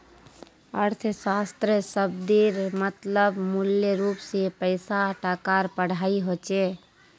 अर्थशाश्त्र शब्देर मतलब मूलरूप से पैसा टकार पढ़ाई होचे